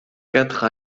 quatre